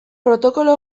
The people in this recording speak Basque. protokolo